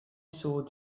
soared